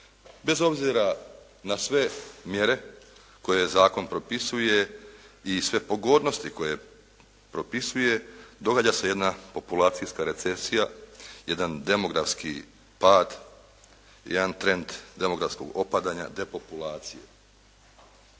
bez obzira na sve mjere koje zakon propisuje i sve pogodnosti koje propisuje, događa se jedna populacijska recesija, jedan demografski pad, jedan trend demografskog opadanja depopulacije.